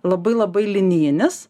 labai labai linijinis